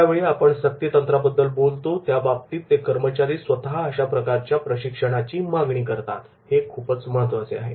ज्यावेळी आपण सक्ती तंत्राबद्दल बोलतो त्या बाबतीत कर्मचारी स्वतः अशा प्रकारच्या प्रशिक्षणाची मागणी करतात हे खूपच महत्त्वाचे आहे